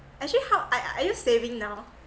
actually how I are you saving now